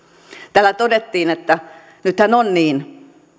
täällä todettiin että nythän on niin